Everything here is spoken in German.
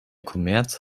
kommerz